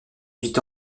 huit